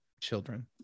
children